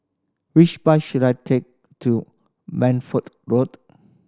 which bus should I take to Man Ford Road